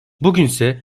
bugünse